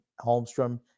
Holmstrom